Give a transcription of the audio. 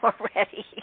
already